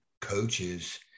coaches